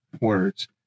words